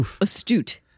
astute